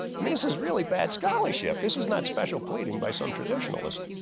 i mean this is really bad scholarship. this is not special pleading by some traditionalist.